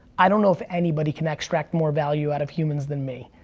i don't know if anybody can extract more value out of humans than me.